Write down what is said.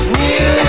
new